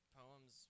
poems